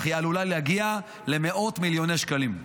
אך היא עלולה להגיע למאות מיליוני שקלים.